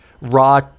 raw